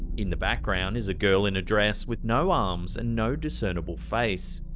in the background is a girl in a dress with no arms and no discernible face.